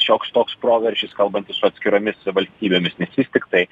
šioks toks proveržis kalbantis su atskiromis valstybėmis nes vis tiktai